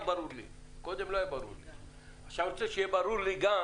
אני רוצה שיהיה ברור לי גם